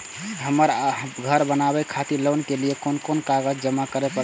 हमरा घर बनावे खातिर लोन के लिए कोन कौन कागज जमा करे परते?